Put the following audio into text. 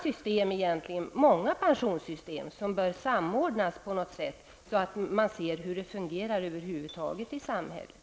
Det är egentligen många pensionssystem som bör samordnas på något sätt, så att man ser hur det fungerar i samhället över huvud taget.